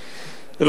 אגב,